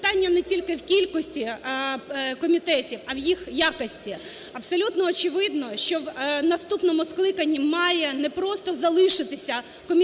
питання не тільки в кількості комітетів, а в їх якості. Абсолютно очевидно, що в наступному скликанні має не просто залишитися Комітет